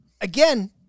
again